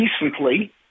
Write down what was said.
Recently